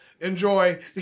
enjoy